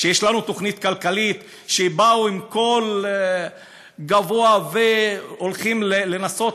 שיש לנו תוכנית כלכלית שבאו עם קול גבוה והולכים לנסות